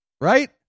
Right